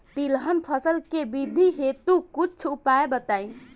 तिलहन फसल के वृद्धि हेतु कुछ उपाय बताई?